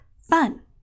fun